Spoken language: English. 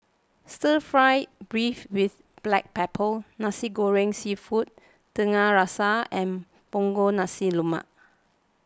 Stir Fry Beef with Black Pepper Nasi Goreng Seafood Tiga Rasa and Punggol Nasi Lemak